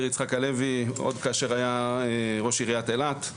יצחק הלוי עוד כאשר היה ראש עיריית אילת.